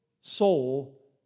soul